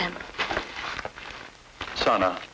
can sign up